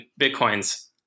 bitcoins